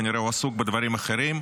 הוא כנראה עסוק בדברים אחרים.